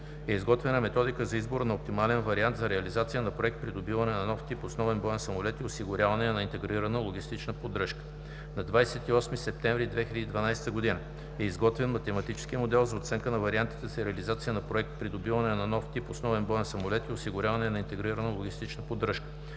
е изготвена Методика за избор на оптимален вариант за реализация на Проект „Придобиване на нов тип основен боен самолет и осигуряване на интегрирана логистична поддръжка“; - на 28 септември 2012 г. е изготвен Математически модел за оценка на вариантите за реализация на Проект „Придобиване на нов тип основен боен самолет и осигуряване на интегрирана логистична поддръжка“;